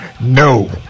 No